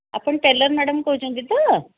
ଆପଣ tailor madam କହୁଛନ୍ତି ତ